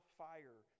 fire